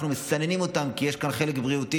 אנחנו מסננים אותם כי יש כאן חלק בריאותי,